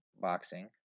boxing